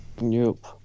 Nope